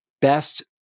Best